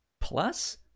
Plus